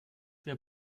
wer